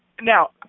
now